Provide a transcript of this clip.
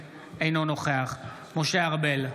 אינו נוכח משה ארבל,